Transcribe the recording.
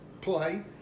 play